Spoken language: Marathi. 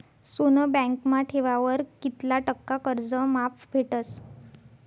सोनं बँकमा ठेवावर कित्ला टक्का कर्ज माफ भेटस?